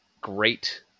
great